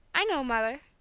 i know, mother,